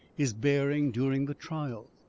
his bearing during the trial,